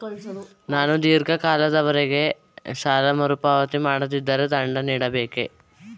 ನಾನು ಧೀರ್ಘ ಕಾಲದವರೆ ಸಾಲ ಮರುಪಾವತಿ ಮಾಡದಿದ್ದರೆ ದಂಡ ನೀಡಬೇಕೇ?